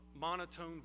monotone